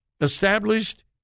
established